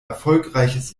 erfolgreiches